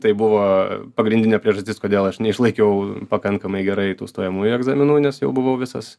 tai buvo pagrindinė priežastis kodėl aš neišlaikiau pakankamai gerai tų stojamųjų egzaminų nes jau buvau visas